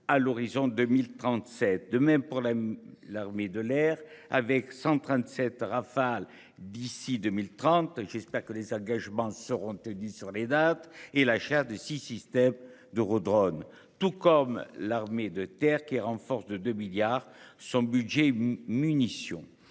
à l'horizon 2037, de même problème. L'armée de l'air avec 137 Rafale d'ici 2030. J'espère que les engagements seront tenus sur les dates et l'achat de 6. Système d'drone tout comme l'armée de terre qui renforce de 2 milliards son budget munitions